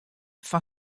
fan